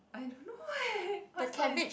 I don't know eh what song is